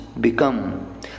become